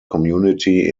community